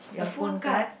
your phone card